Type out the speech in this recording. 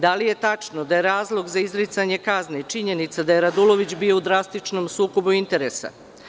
Da li je tačno da je razlog za izricanje kazne i činjenica je Radulović bio u drastičnom sukobu interesa?